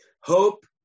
hope